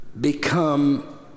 become